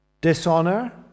dishonor